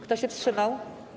Kto się wstrzymał?